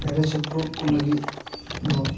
ᱪᱮᱬᱮ ᱪᱤᱯᱨᱩᱫ ᱠᱚ ᱞᱟᱹᱜᱤᱫ ᱫᱚ